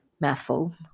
mouthful